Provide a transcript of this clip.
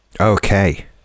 Okay